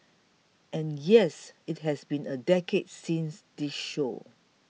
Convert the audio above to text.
and yes it has been a decade since this show